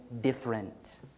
different